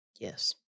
Yes